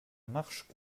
marchent